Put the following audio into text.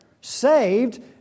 saved